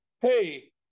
hey